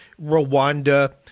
Rwanda